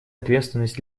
ответственность